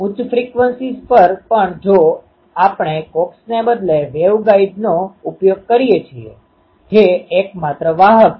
ઉચ્ચ ફ્રીક્વન્સીઝ પર પણ જો આપણે કોક્સને બદલે વેંવગાઇડનો ઉપયોગ કરીએ છીએ જે એક માત્ર વાહક છે